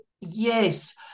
Yes